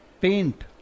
Paint